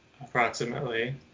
approximately